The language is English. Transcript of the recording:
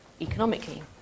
economically